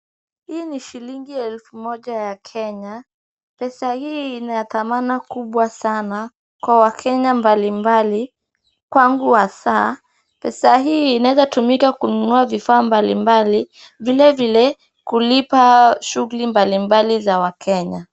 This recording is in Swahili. Hii ni shilingi ya elfu moja Kenya. Pesa hii ni ya thamani kubwa sana kwa wakenya mbalimbali kwangu hasa. Pesa hii inaeza tumika kununua vifaa mbalimbali, vilevile kulipa shughuli mbalimbali za wakenya.